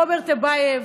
רוברט טיבייב,